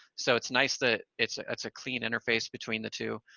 so it's nice that it's ah it's a clean interface between the two,